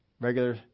regular